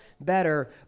better